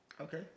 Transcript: Okay